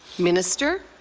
minister.